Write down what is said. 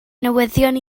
newyddion